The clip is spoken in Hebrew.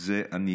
אני